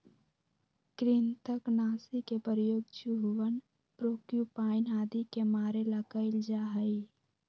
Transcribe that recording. कृन्तकनाशी के प्रयोग चूहवन प्रोक्यूपाइन आदि के मारे ला कइल जा हई